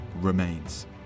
remains